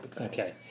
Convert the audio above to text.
Okay